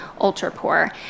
ultra-poor